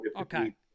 Okay